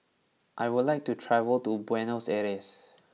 I would like to travel to Buenos Aires